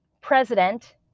president